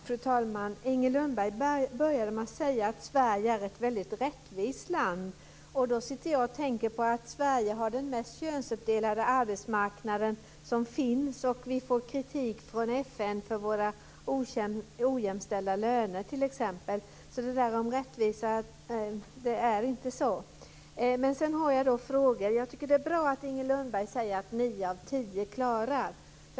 Herr talman! Inger Lundberg började med att säga att Sverige är ett väldigt rättvist land. Då tänker jag på att Sverige har den mest könsuppdelade arbetsmarknaden som finns. Vi får kritik från FN för våra ojämställda löner t.ex. Det är inte så rättvist. Sedan har jag några frågor. Jag tycker att det är bra att Inger Lundberg säger att nio av tio klarar sig bra.